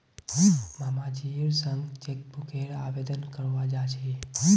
मामाजीर संग चेकबुकेर आवेदन करवा जा छि